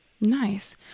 Nice